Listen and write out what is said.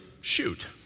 shoot